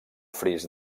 fris